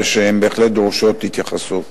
והן בהחלט דורשות התייחסות.